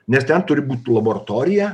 nes ten turi būt laboratorija